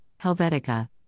Helvetica